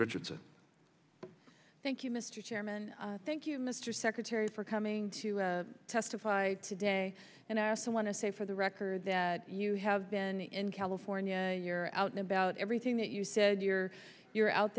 richardson thank you mr chairman thank you mr secretary for coming to testify today and asked i want to say for the record that you have been in california you're out and about everything that you said you're you're out